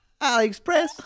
AliExpress